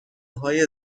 های